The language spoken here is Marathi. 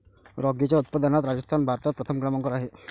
रॅगीच्या उत्पादनात राजस्थान भारतात प्रथम क्रमांकावर आहे